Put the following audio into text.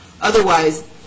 Otherwise